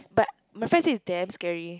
but my friend say it's damn scary